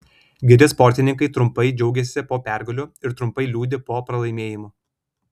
geri sportininkai trumpai džiaugiasi po pergalių ir trumpai liūdi po pralaimėjimų